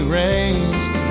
raised